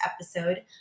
episode